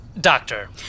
Doctor